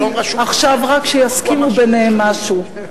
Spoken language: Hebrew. עכשיו רק שיסכימו ביניהם משהו.